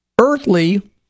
earthly